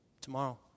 tomorrow